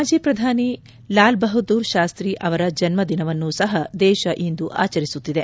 ಮಾಜಿ ಪ್ರಧಾನಿ ಲಾಲ್ ಬಹದ್ದೂರ್ ಶಾಸ್ತಿ ಅವರ ಜನ್ಮದಿನವನ್ನು ಸಹ ದೇಶ ಇಂದು ಆಚರಿಸುತ್ತಿದೆ